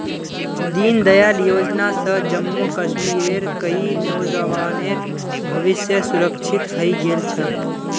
दीनदयाल योजना स जम्मू कश्मीरेर कई नौजवानेर भविष्य सुरक्षित हइ गेल छ